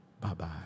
bye-bye